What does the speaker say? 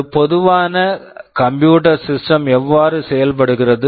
ஒரு பொதுவான computer system computer system எவ்வாறு செயல்படுகிறது